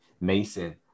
Mason